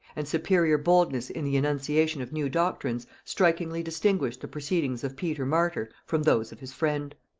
and superior boldness in the enunciation of new doctrines, strikingly distinguished the proceedings of peter martyr from those of his friend.